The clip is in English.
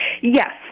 Yes